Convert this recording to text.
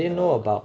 ya